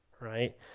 right